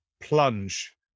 plunge